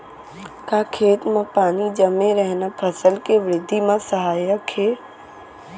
का खेत म पानी जमे रहना फसल के वृद्धि म सहायक हे?